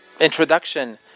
introduction